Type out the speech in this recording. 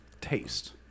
taste